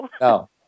No